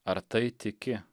ar tai tiki